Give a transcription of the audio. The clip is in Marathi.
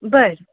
बरं